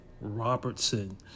Robertson